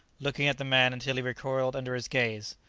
looking at the man until he recoiled under his gaze.